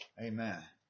Amen